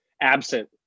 absent